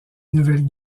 nouvelle